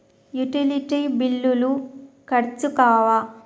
Utility బిల్లులు ఖర్చు కావా?